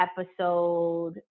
episode